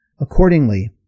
accordingly